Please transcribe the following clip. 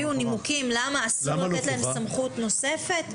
אם תביאו נימוקים למה אסור לתת להם סמכות נוספת,